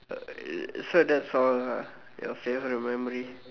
uh so that's all ah your favourite memory